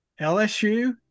LSU